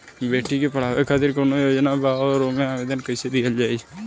बेटी के पढ़ावें खातिर कौन योजना बा और ओ मे आवेदन कैसे दिहल जायी?